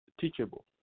teachable